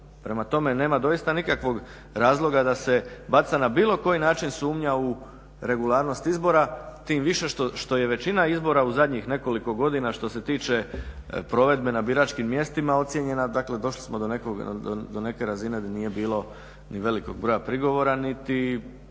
Prema tome, nema doista nikakvog razloga da se baca na bilo koji način sumnja u regularnost izbora tim više što je većina izbora u zadnjih nekoliko godina što se tiče provedbe na biračkim mjestima ocjenjena dakle došli smo do neke razine gdje nije bilo ni velikog broja prigovora niti nekih